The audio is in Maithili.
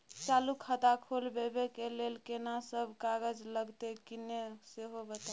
चालू खाता खोलवैबे के लेल केना सब कागज लगतै किन्ने सेहो बताऊ?